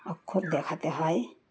অক্ষর দেখাতে হয়